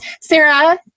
Sarah